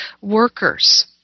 workers